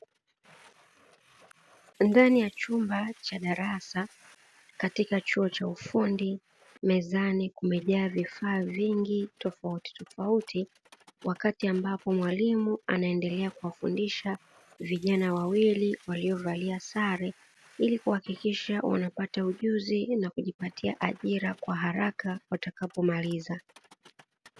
Ndani ya chumba cha darasa, katika chuo cha ufundi mezani kumejaa vifaa vingi tofautitofauti, wakati ambapo mwalimu anaendelea kuwafundisha, vijana wawili waliovalia sare, ili kuhakikisha wanapata ujuzi na kujipatia ajira kwa haraka watakapomaliza.